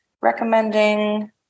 recommending